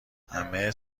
همه